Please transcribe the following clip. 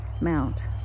mount